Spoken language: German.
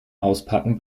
auspacken